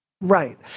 Right